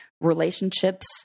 relationships